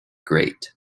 grate